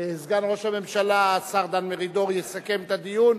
סגן ראש הממשלה השר דן מרידור יסכם את הדיון.